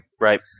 Right